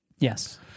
Yes